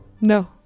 No